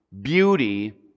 beauty